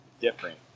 different